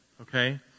okay